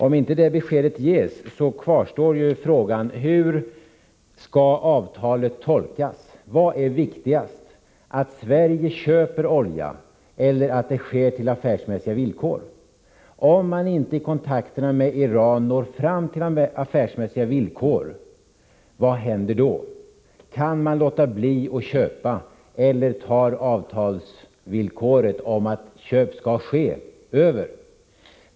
Om detta besked inte ges kvarstår frågan: Hur skall avtalet tolkas? Vad är viktigast, att Sverige köper oljan eller att köpet sker på affärsmässiga villkor? Om man i kontakterna med Iran inte når fram till affärsmässiga villkor, vad händer då? Kan man låta bli att köpa oljan, eller tar avtalsvillkoren om att köp skall ske över?